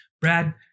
Brad